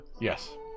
Yes